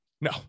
No